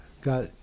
got